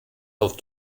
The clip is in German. auf